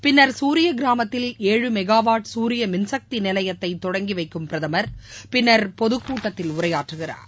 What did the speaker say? பின்னர் குரிய கிராமத்தில் ஏழு மெகாவாட் குரிய மின்சக்தி நிலையத்தை தொடங்கி வைக்கும் பிரதமர் பின்னர் பொது கூட்டத்தில் உரையாற்றுகிறார்